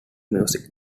music